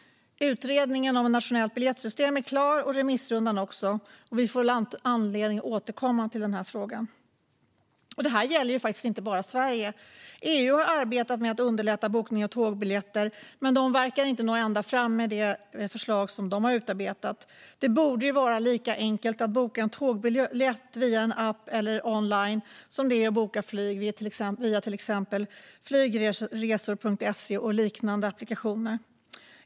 Utredningen om ett nationellt biljettsystem är klar och remissrundan också, och vi får väl anledning att återkomma till den frågan. Detta gäller inte bara Sverige. EU har arbetat med att underlätta bokning av tågbiljetter men verkar inte nå ända fram med det förslag som utarbetats. Det borde vara lika enkelt att boka en tågbiljett via en app eller online som det är att boka flyg via till exempel flygresor.se och liknande applikationer.